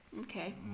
Okay